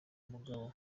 mugabo